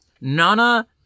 Nana